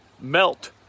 melt